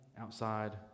outside